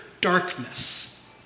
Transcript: darkness